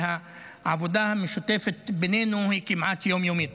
והעבודה המשותפת בינינו היא כמעט יום-יומית.